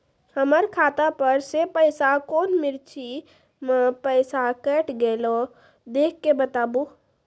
हमर खाता पर से पैसा कौन मिर्ची मे पैसा कैट गेलौ देख के बताबू?